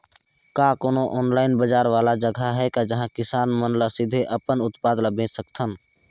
का कोनो ऑनलाइन बाजार वाला जगह हे का जहां किसान मन ल सीधे अपन उत्पाद ल बेच सकथन?